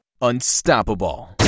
unstoppable